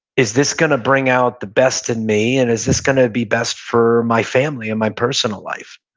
is this going to bring out the best in me, and is this going to be best for my family and my personal life?